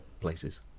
places